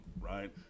right